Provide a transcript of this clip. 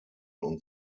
und